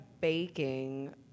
baking